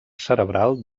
cerebral